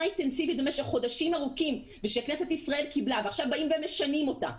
אינטנסיבית במשך חודשים ארוכים ושכנסת ישראל קיבלה ועכשיו באים ומשנים אותה.